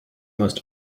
must